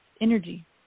energy